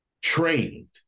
trained